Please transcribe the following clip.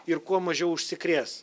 ir kuo mažiau užsikrės